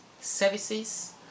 services